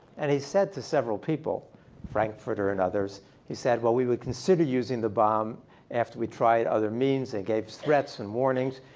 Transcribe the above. and he said to several people frankfurter and others he said, well, we would consider using the bomb after we tried other means and gave threats and warnings.